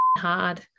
hard